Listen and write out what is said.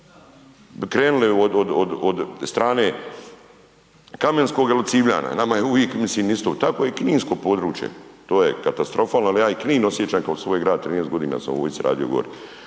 krenuli od strane Kamenskog ili od Civljana. Nama je uvijek mislim isto. Tako i kninsko područje to je katastrofalno, ali ja i Knin osjećam kao svoj grad 13 godina sam radio u